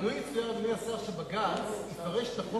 לו הציע אדוני השר שבג"ץ יפרש את החוק